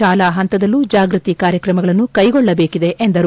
ಶಾಲಾ ಪಂತದಲ್ಲೂ ಜಾಗೃತಿ ಕಾರ್ಯಕ್ರಮಗಳನ್ನು ಕೈಗೊಳ್ಳಬೇಕಿದೆ ಎಂದರು